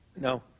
no